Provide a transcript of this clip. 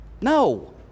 No